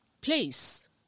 place